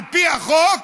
על פי החוק